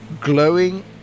glowing